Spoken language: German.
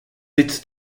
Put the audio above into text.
sitz